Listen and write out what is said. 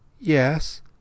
Yes